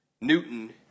Newton